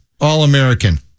All-American